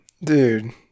Dude